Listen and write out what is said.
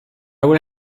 will